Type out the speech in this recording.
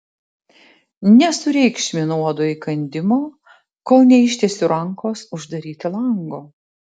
nesureikšminu uodo įkandimo kol neištiesiu rankos uždaryti lango